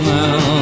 now